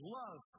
love